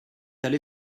allé